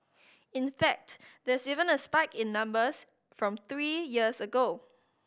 in fact there's even a spike in numbers from three years ago